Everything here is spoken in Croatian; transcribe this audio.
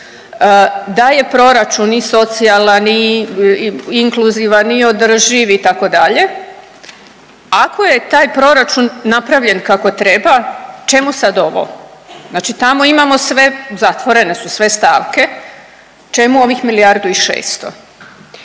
da je proračun i socijalan i inkluzivan i održiv, itd., ako je taj proračun napravljen kako treba, čemu sad ovo? Znači tamo imamo sve, zatvorene su sve stavke, čemu ovih milijardu i 600?